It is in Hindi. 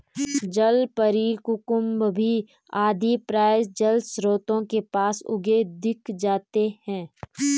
जलपरी, कुकुम्भी आदि प्रायः जलस्रोतों के पास उगे दिख जाते हैं